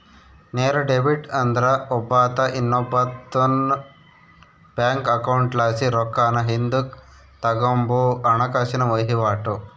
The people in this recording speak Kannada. ನೇರ ಡೆಬಿಟ್ ಅಂದ್ರ ಒಬ್ಬಾತ ಇನ್ನೊಬ್ಬಾತುನ್ ಬ್ಯಾಂಕ್ ಅಕೌಂಟ್ಲಾಸಿ ರೊಕ್ಕಾನ ಹಿಂದುಕ್ ತಗಂಬೋ ಹಣಕಾಸಿನ ವಹಿವಾಟು